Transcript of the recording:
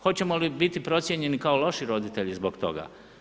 Hoćemo li biti procijenjeni kao loši roditelji zbog toga?